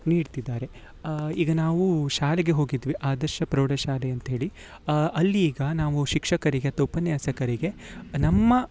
ನೀಡ್ತಿದ್ದಾರೆ ಈಗ ನಾವು ಶಾಲೆಗೆ ಹೋಗಿದ್ವಿ ಆದರ್ಶ ಪ್ರೌಢ ಶಾಲೆ ಅಂತ್ಹೇಳಿ ಅಲ್ಲಿ ಈಗ ನಾವು ಶಿಕ್ಷಕರಿಗೆ ಅಥ್ವಾ ಉಪನ್ಯಾಸಕರಿಗೆ ನಮ್ಮ